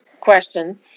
question